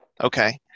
Okay